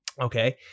Okay